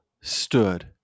stood